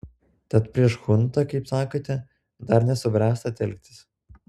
tad prieš chuntą kaip sakote dar nesubręsta telktis